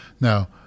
Now